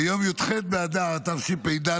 ביום י"ח באדר התשפ"ד,